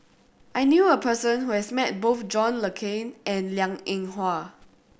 I knew a person who has met both John Le Cain and Liang Eng Hwa